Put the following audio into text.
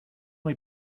muy